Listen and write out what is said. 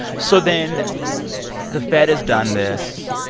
so then the fed has done this.